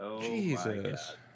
Jesus